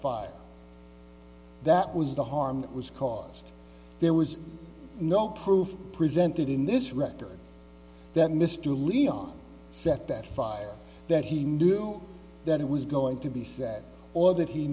fire that was the harm that was caused there was no proof presented in this record that mr levy on set that fire that he knew that it was going to be set or that he